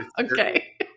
Okay